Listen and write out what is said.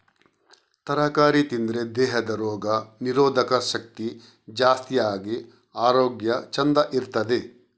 ತರಕಾರಿ ತಿಂದ್ರೆ ದೇಹದ ರೋಗ ನಿರೋಧಕ ಶಕ್ತಿ ಜಾಸ್ತಿ ಆಗಿ ಆರೋಗ್ಯ ಚಂದ ಇರ್ತದೆ